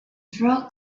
frog